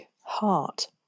heart